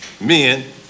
men